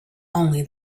only